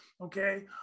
okay